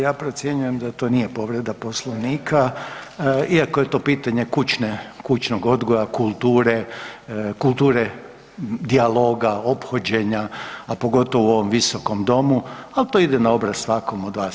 Ja procjenjujem da to nije povreda Poslovnika, iako je to pitanja kućne, kućnog odgoja, kulture, kulture dijaloga, ophođenja, a pogotovo u ovom visokom domu, ali to ide na obraz svakom od vas.